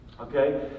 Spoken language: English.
okay